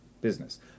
business